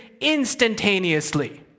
instantaneously